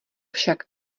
však